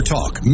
Talk